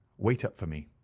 wait up for me.